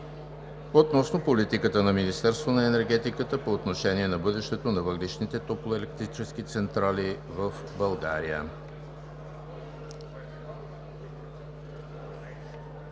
относно политиката на Министерството на енергетиката по отношение на бъдещето на въглищните топлоелектрически централи в България.